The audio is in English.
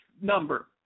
number